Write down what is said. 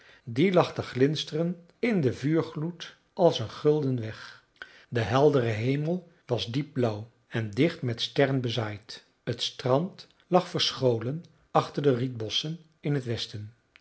die lag te glinsteren in den vuurgloed als een gulden weg de heldere hemel was diep blauw en dicht met sterren bezaaid t strand lag verscholen achter de rietbossen in t westen